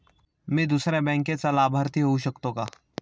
मी दुसऱ्या बँकेचा लाभार्थी होऊ शकतो का?